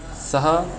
सः